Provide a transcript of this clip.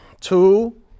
two